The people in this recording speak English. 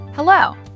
Hello